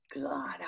god